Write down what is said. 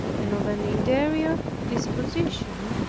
and of an interior disposition.